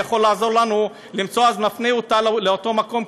יכול לעזור לנו למצוא אז נפנה אותה לאותו מקום,